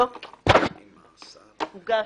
כאמור, הוגש